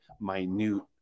minute